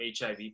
HIV